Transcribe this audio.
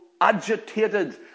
agitated